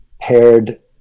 paired